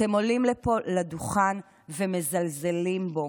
אתם עולים לפה, לדוכן, ומזלזלים בו,